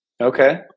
Okay